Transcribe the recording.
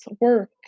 work